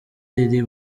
iri